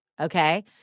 okay